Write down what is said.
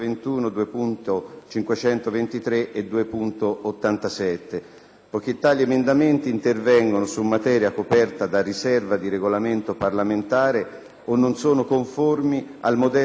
poiché tali emendamenti intervengono su materia coperta da riserva di Regolamento parlamentare o non sono conformi al modello di delegazione legislativa prevista dall'articolo 76 della Costituzione.